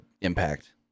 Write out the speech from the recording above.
Impact